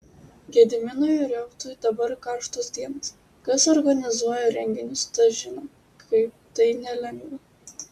gediminui reutui dabar karštos dienos kas organizuoja renginius tas žino kaip tai nelengva